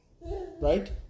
Right